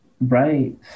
Right